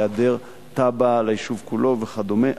בהיעדר תב"ע ליישוב כולו וכדומה,